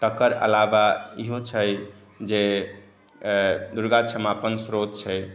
तकर अलावा इहो छै जे दुर्गा क्षमापण स्तोत्रम छै